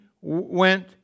went